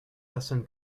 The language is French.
personne